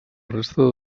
resta